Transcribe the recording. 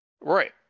Right